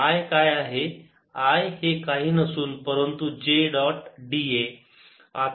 I काय आहे I हे काही नसून परंतु J डॉट d a